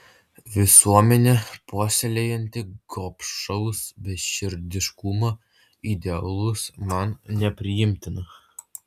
visuomenė puoselėjanti gobšaus beširdiškumo idealus man nepriimtina